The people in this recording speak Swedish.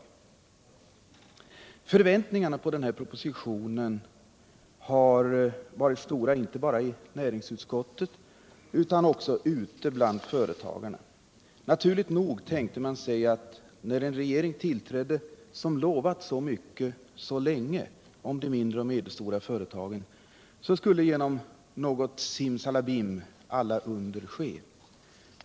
företagens utveck Förväntningarna på den här propositionen har varit stora inte bara = ling, m.m. i näringsutskottet utan också ute bland företagarna. Naturligt nog tänkte man sig att när en regering tillträdde som lovat så mycket så länge om de mindre och medelstora företagen skulle genom något simsalabim alla under ske.